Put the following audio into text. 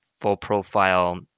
full-profile